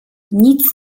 nic